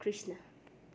Krishna